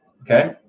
Okay